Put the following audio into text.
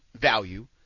value